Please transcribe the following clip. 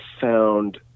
found